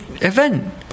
Event